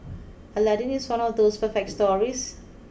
Aladdin is one of those perfect stories